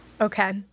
Okay